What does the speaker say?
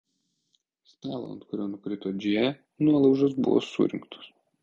stalo ant kurio nukrito džėja nuolaužos buvo surinktos